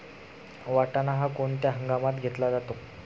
वाटाणा हा कोणत्या हंगामात घेतला जातो?